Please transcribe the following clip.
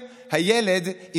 ההסתייגות (16)